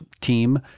Team